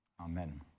Amen